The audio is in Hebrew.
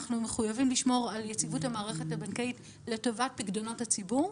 אנחנו מחויבים לשמור על יציבות המערכת הבנקאית לטובת פיקדונות הציבור.